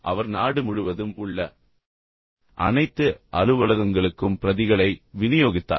பின்னர் அவர் நாடு முழுவதும் உள்ள அனைத்து அலுவலகங்களுக்கும் பிரதிகளை விநியோகித்தார்